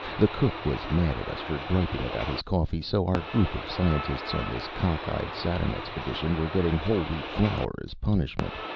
the cook was mad at us for griping about his coffee, so our group of scientists on this cockeyed saturn expedition were getting whole wheat flour as punishment,